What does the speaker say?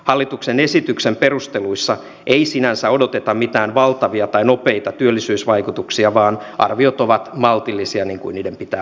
hallituksen esityksen perusteluissa ei sinänsä odoteta mitään valtavia tai nopeita työllisyysvaikutuksia vaan arviot ovat maltillisia niin kuin niiden pitää ollakin